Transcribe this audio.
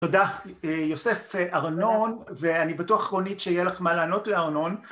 תודה יוסף ארנון ואני בטוח רונית שיהיה לך מה לענות לארנון